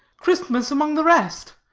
christmas among the rest.